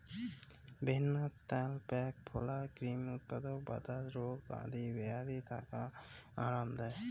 ভেন্নার ত্যাল প্যাট ফোলা, ক্রিমির উৎপাত, বাতজ রোগ আদি বেয়াধি থাকি আরাম দেই